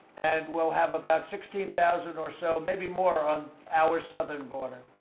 and we'll have about sixteen thousand or so maybe more on our southern border.